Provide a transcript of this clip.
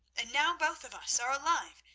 and now both of us are alive,